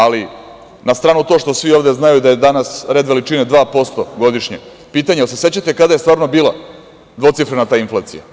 Ali, na stranu to što svi ovde znaju da je danas red veličine 2% godišnje, pitanje, jel se sećate kada je stvarno bila dvocifrena ta inflacija?